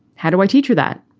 how do i teach you that?